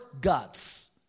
guts